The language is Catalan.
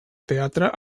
teatre